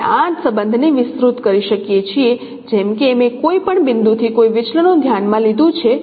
આપણે આ સંબંધ ને વિસ્તૃત કરી શકીએ છીએ જેમ કે મેં કોઈ પણ બિંદુથી કોઈ વિચલનો ધ્યાન માં લીધું છે ના